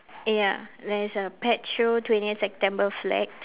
ya there is a pet show twentieth september flag